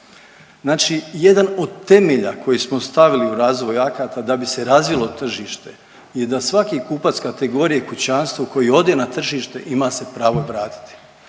jedan od temelja koji smo stavili u razvoj akata da bi se razvilo tržište je da svaki kupac kategorije kućanstvo koji ode na tržište ima se pravo vratiti.